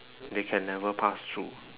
they can never pass through